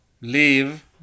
leave